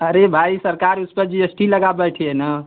अरे भाई सरकार उसपे जी एस टी लगा बैठी है ना